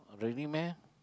really meh